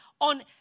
on